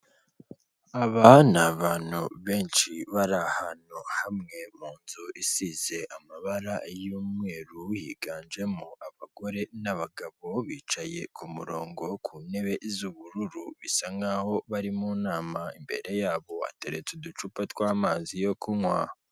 Aba ni abantu benshi bari ahantu hamwe, mu nzu isize amabara y'umweru, higanjemo abagore n'abagabo, bicaye ku murongo, ku ntebe z'ubururu,, bisa nk'aho bari mu nama, imbere yabo hateretse uducupa tw'amazi yo kunywa.